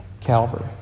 Calvary